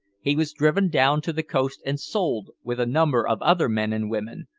he was driven down to the coast, and sold, with a number of other men and women,